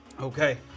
Okay